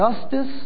justice